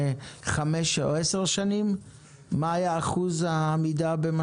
יש כל מיני תשובות נכונות.